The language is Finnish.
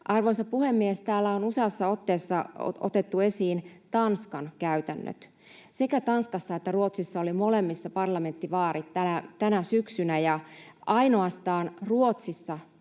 Arvoisa puhemies! Täällä on useaan otteeseen otettu esiin Tanskan käytännöt. Sekä Tanskassa että Ruotsissa, molemmissa, oli parlamenttivaalit tänä syksynä, ja ainoastaan Ruotsissa